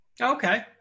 Okay